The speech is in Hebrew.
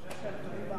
אבל אני טוען שעל הבלו,